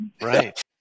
Right